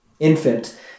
Infant